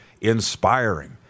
Inspiring